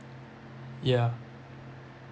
yeah